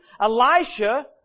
Elisha